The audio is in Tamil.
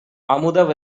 அமுத